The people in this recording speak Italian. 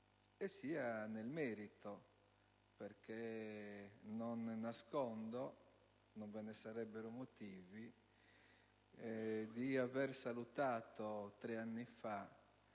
del Governo, perché non nascondo - non ve ne sarebbero motivi - di aver salutato tre anni fa